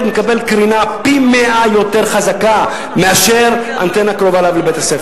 יקבל קרינה פי-100 מאשר מאנטנה קרובה אליך,